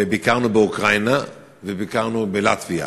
ביקרנו באוקראינה וביקרנו בלטביה.